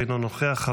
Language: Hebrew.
אינו נוכח,